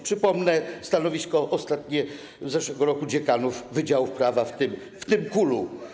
Przypomnę stanowisko ostatnie, z zeszłego roku, dziekanów wydziałów prawa, w tym z KUL.